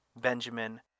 Benjamin